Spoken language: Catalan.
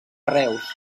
reus